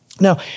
Now